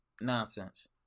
nonsense